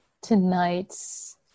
tonight's